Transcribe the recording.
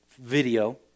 video